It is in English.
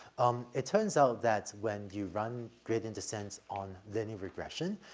um, it turns out that when you run gradient descents on linear regression,